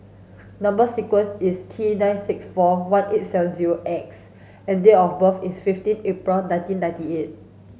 number sequence is T nine six four one eight seven zero X and date of birth is fifteen April nineteen ninety eight